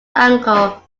angle